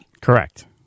correct